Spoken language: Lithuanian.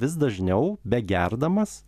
vis dažniau begerdamas